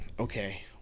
okay